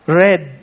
red